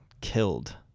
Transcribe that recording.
killed